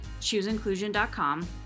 chooseinclusion.com